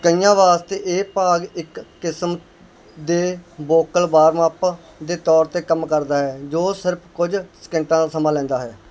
ਕਈਆਂ ਵਾਸਤੇ ਇਹ ਭਾਗ ਇੱਕ ਕਿਸਮ ਦੇ ਵੋਕਲ ਵਾਰਮ ਅੱਪ ਦੇ ਤੌਰ 'ਤੇ ਕੰਮ ਕਰਦਾ ਹੈ ਜੋ ਸਿਰਫ਼ ਕੁਝ ਸਕਿੰਟਾਂ ਦਾ ਸਮਾਂ ਲੈਂਦਾ ਹੈ